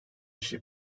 işi